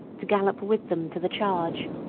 to gallop with them to the charge.